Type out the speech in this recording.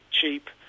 cheap